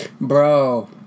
Bro